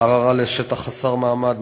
ערערה ושטח חסר מעמד,